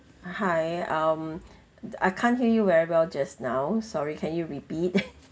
hi um I can't hear you very well just now sorry can you repeat